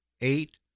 eight